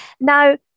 Now